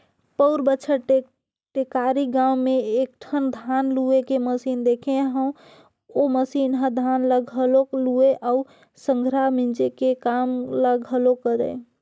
पउर बच्छर टेकारी गाँव में एकठन धान लूए के मसीन देखे हंव ओ मसीन ह धान ल घलोक लुवय अउ संघरा मिंजे के काम ल घलोक करय